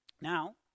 Now